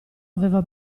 aveva